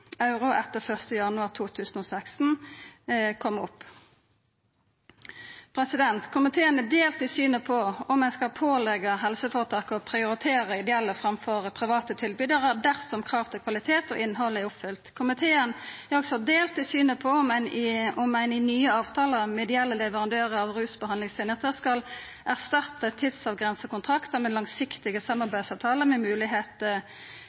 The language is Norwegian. etter 1. januar 2016, kom opp. Komiteen er delt i synet på om ein skal påleggja helseføretaka å prioritera ideelle framfor private tilbydarar dersom krav til kvalitet og innhald er oppfylt. Komiteen er også delt i synet på om ein i nye avtalar med ideelle leverandørar og rusbehandlingstenester skal erstatta tidsavgrensa kontraktar med langsiktige samarbeidsavtalar med